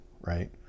right